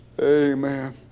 Amen